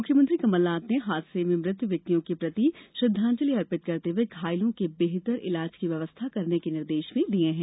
मुख्यमंत्री कमलनाथ ने हादसे में मृत व्यक्तियों के प्रति श्रद्वांजलि अर्पित करते हुए घायलों के बेहतर इलाज की व्यवस्था करने के निर्देश भी दिए हैं